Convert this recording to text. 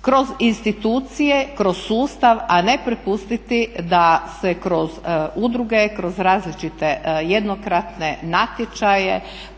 kroz institucije, kroz sustav, a ne prepustiti da se kroz udruge, kroz različite jednokratne natječaje